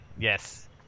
Yes